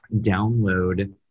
download